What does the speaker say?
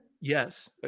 Yes